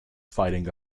fighting